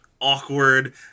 awkward